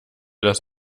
das